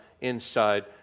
inside